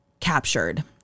captured